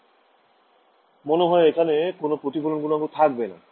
ছাত্র ছাত্রিঃমনে হয় এখানে কোন প্রতিফলন গুনাঙ্ক থাকবে না